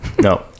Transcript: no